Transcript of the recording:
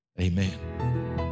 amen